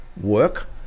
work